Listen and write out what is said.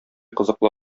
кызыклы